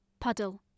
puddle